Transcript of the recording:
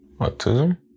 Autism